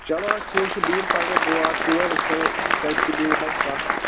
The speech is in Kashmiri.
چلو حظ ٹھیٖک چھُ بہٕ یِمہٕ پگاہ بہٕ واتہٕ تور أسۍ کَرو تَتہِ تہِ بیٚیہِ حظ کَتھ تہٕ